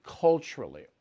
culturally